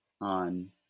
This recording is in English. on –